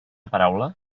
paraula